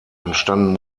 entstanden